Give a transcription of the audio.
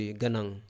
ganang